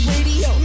Radio